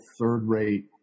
third-rate